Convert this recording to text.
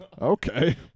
Okay